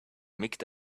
mixed